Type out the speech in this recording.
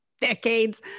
decades